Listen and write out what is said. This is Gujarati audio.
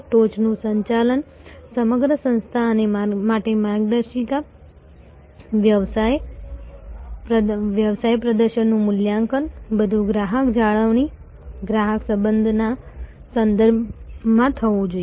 ટોચનું સંચાલન સમગ્ર સંસ્થા માટે માર્ગદર્શિકા વ્યવસાય પ્રદર્શનનું મૂલ્યાંકન બધું ગ્રાહક જાળવણી ગ્રાહક સંબંધના સંદર્ભમાં થવું જોઈએ